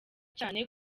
cyane